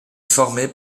formée